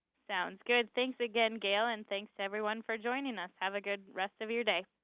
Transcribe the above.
sounds good. thanks again, gail. and thanks to everyone for joining us. have a good rest of your day.